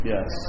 Yes